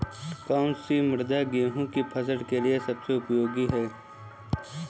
कौन सी मृदा गेहूँ की फसल के लिए सबसे उपयोगी है?